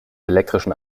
elektrischen